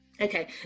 Okay